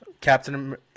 Captain